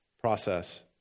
process